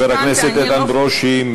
חבר הכנסת איתן ברושי,